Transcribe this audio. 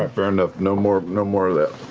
ah fair enough, no more no more of that.